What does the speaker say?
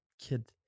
kid